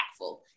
impactful